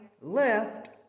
left